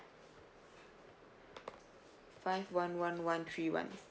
five one one one three one